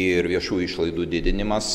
ir viešų išlaidų didinimas